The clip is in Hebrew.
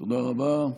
תודה רבה.